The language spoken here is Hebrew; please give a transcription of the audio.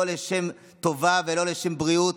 לא לשם טובה ולא לשם בריאות,